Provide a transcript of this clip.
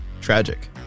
Tragic